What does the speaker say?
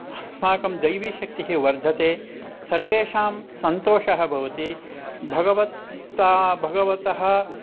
अस्माकं दैवीशक्तिः वर्धते सर्वेषां सन्तोषः भवति भगवत्ता भगवतः